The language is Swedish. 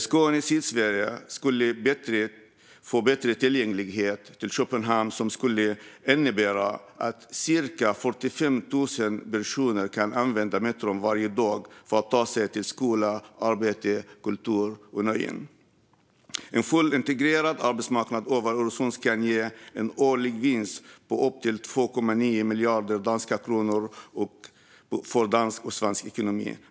Skåne och Sydsverige skulle få bättre tillgänglighet till Köpenhamn, och det skulle innebära att cirka 45 000 personer kan använda metron varje dag för att ta sig till skola, arbete, kultur och nöjen. En fullt integrerad arbetsmarknad över Öresund kan ge en årlig vinst på upp till 2,9 miljarder danska kronor för dansk och svensk ekonomi.